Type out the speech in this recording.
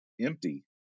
empty